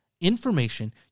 information